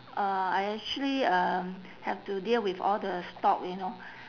uh I actually um have to deal with all the stock you know